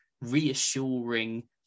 reassuring